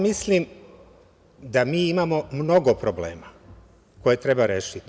Mislim da mi imamo mnogo problema koje treba rešiti.